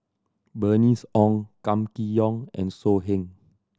Bernice Ong Kam Kee Yong and So Heng